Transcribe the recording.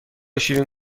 شیرین